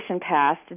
passed